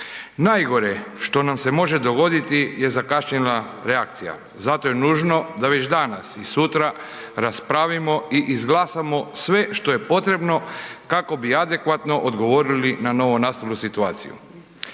Najgore što nam se može dogoditi je zakašnjela reakcija. Zato je nužno da već danas i sutra raspravimo i izglasamo sve što je potrebno kako bi adekvatno odgovorili na novonastalu situaciju.